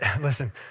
listen